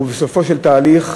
ובסופו של תהליך,